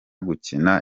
gukina